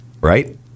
right